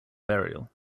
burial